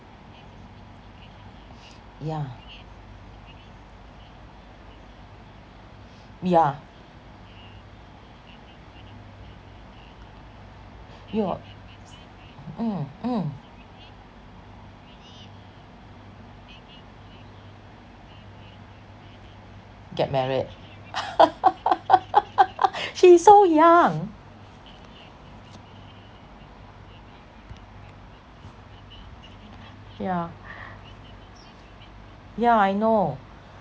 yeah yeah yeah mm mm get married she so young yeah yeah I know